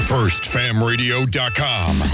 FirstFamRadio.com